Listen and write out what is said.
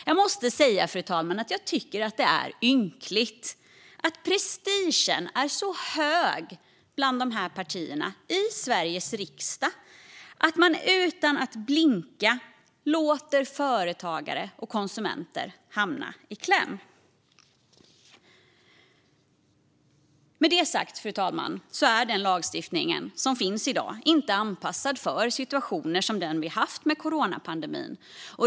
Jag måste säga, fru talman, att jag tycker att det är ynkligt. Prestigen är så hög bland dessa partier i Sveriges riksdag att man utan att blinka låter företagare och konsumenter hamna i kläm. Fru talman! Den lagstiftning som finns i dag är inte anpassad för situationer som den vi haft med coronapandemin.